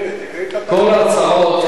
עליו הלבשנו את כולם,